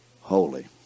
holy